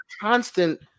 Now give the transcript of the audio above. constant